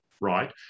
right